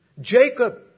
Jacob